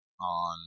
on